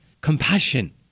compassion